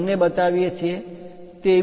45 બંને બતાવીએ છીએ